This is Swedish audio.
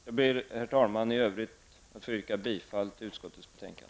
Jag ber, herr talman, att i övrigt få yrka bifall till utskottets hemställan.